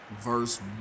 Verse